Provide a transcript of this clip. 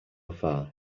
far